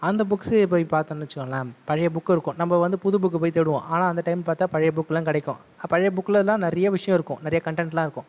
அந்த புக்ஸே போய் பார்த்தோனு வச்சுக்கோங்களே பழைய புக்கு இருக்கும் நம்ம வந்து புது புக்கு போய் தேடுவோம் ஆனால் அந்த டைம் பார்த்தா பழைய புக் கிடைக்கும் பழைய புக்கில் தான் நிறைய விஷயம் இருக்கும் நிறைய கன்டென்ட்லாம் இருக்கும்